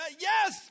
Yes